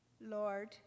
Lord